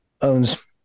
owns